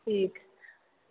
ठीक हइ